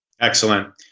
Excellent